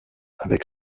avec